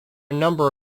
number